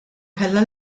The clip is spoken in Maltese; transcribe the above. kellha